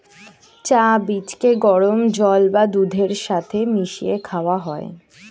চা বীজকে গরম জল বা দুধের সাথে মিশিয়ে খাওয়া হয়